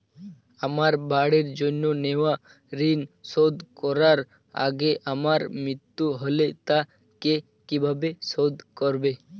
আমার বাড়ির জন্য নেওয়া ঋণ শোধ করার আগে আমার মৃত্যু হলে তা কে কিভাবে শোধ করবে?